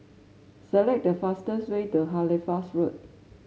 select the fastest way to Halifax Road